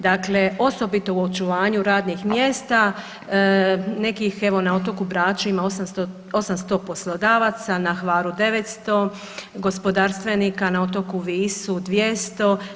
Dakle, osobito u očuvanju radnih mjesta nekih evo na otoku Braču ima 800 poslodavaca, na Hvaru 900, gospodarstvenika na otoku Visu 200.